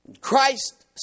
Christ